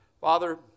Father